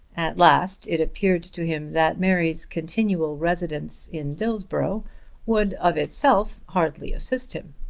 at last it appeared to him that mary's continual residence in dillsborough would of itself hardly assist him.